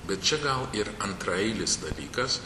bet čia gal ir antraeilis dalykas